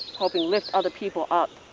helping lift other people up,